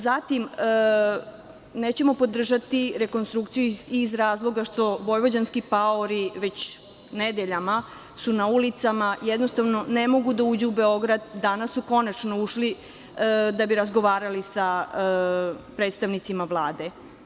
Zatim, nećemo podržati rekonstrukciju i iz razloga što vojvođanski paori već nedeljama su na ulicama, jednostavno ne mogu da uđu u Beogradu, danas su konačno ušli da bi razgovarali sa predstavnicima Vlade.